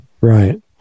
Right